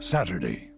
Saturday